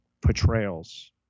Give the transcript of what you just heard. portrayals